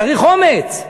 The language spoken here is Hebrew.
צריך אומץ,